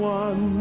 one